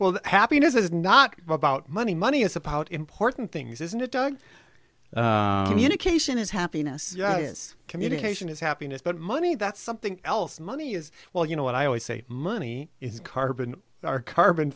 well happiness is not about money money it's about important things isn't it doug indication is happiness is communication is happiness but money that's something else money is well you know what i always say money is carbon carbon